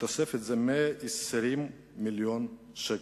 התוספת היא 120 מיליון שקל.